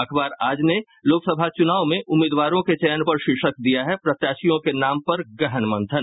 अखबार आज ने लोकसभा चुनाव में उम्मीदवारों के चयन पर शीर्षक दिया है प्रत्याशियों के नाम पर गहन मंथन